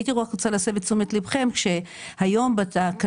הייתי רק רוצה להסב את תשומת ליבכם שהיום בתקנות